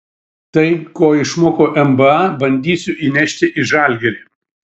tai ko išmokau nba bandysiu įnešti į žalgirį